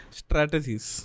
strategies